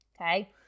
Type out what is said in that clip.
Okay